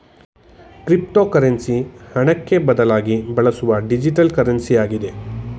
cryptocurrency ಹಣಕ್ಕೆ ಬದಲಾಗಿ ಬಳಸುವ ಡಿಜಿಟಲ್ ಕರೆನ್ಸಿ ಆಗಿದೆ ಆಗಿದೆ